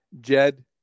Jed